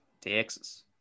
Texas